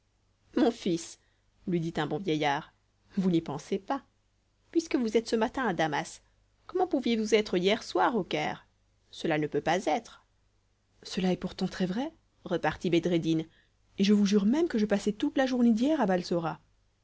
mon fils lui dit un bon vieillard vous n'y pensez pas puisque vous êtes ce matin à damas comment pouviez-vous être hier soir au caire cela ne peut pas être cela est pourtant très-vrai repartit bedreddin et je vous jure même que je passai toute la journée d'hier